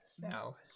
now